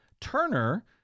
Turner